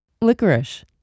Licorice